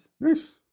Nice